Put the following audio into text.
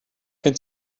gen